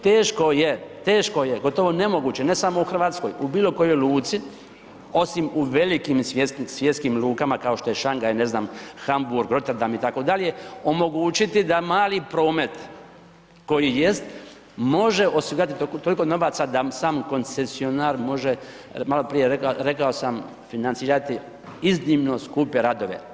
Teško je, teško je gotovo nemoguće ne samo u Hrvatskoj, u bilo kojoj luci osim u velim svjetskim lukama kao što je Šangaj, ne znam Hamburg, Rotterdam itd., omogućiti da mali promet koji jest može osigurati toliko novaca da sam koncesionar može, maloprije rekao sam financirati iznimno skupe radove.